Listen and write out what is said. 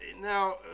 Now